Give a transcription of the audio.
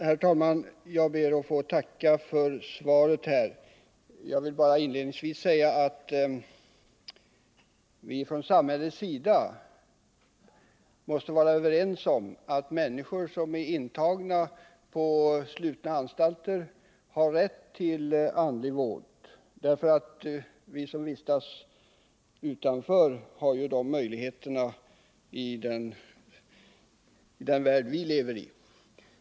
Herr talman! Jag ber att få tacka för svaret. Jag vill bara inledningsvis säga att vi från samhällets sida måste vara överens om att människor som är intagna på slutna anstalter har rätt till andlig vård. Vi som vistas utanför har ju de möjligheterna i den värld vi lever i.